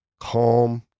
calm